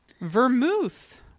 Vermouth